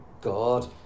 God